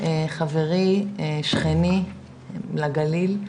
חברי שכני לגליל,